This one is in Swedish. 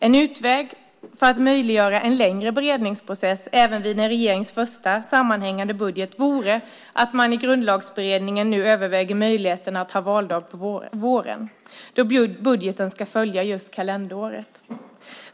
En utväg för att möjliggöra en längre beredningsprocess även vid en regerings första sammanhängande budget vore att man i Grundlagsutredningen nu överväger möjligheten att ha valdag på våren eftersom budgeten ska följa kalenderåret.